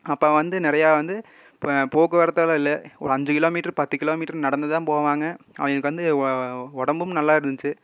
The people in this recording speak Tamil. அப்போ வந்து நிறையா வந்து போக்குவரத்தெல்லாம் இல்லை அஞ்சு கிலோமீட்டரு பத்து கிலோ மீட்டருன்னு நடந்துதான் போவாங்க அவங்களுக்கு வந்து உடம்பும் நல்லாயிருந்துச்சி